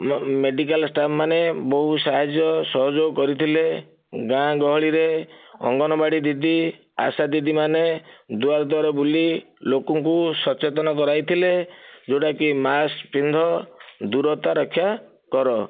medical staff ମାନେ ବହୁ ସାହାଯ୍ୟ ସହଯୋଗ କରିଥିଲେ ଗାଁ ଗହଳିରେ ଅଙ୍ଗନବାଡ଼ି ଦିଦି ଆଶା ଦିଦିମାନେ ଦୁଆର ଦୁଆର ବୁଲି ଲୋକଙ୍କୁ ସଚେତନ କରାଇଥିଲେ ଯେଉଁଟା କି ମାସ୍କ୍ ପିନ୍ଧ ଦୂରତା ରକ୍ଷା କର